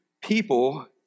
people